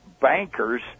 bankers